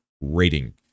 rating